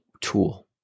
tool